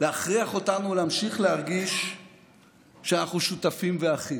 להכריח אותנו להמשיך להרגיש שאנחנו שותפים ואחים.